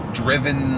driven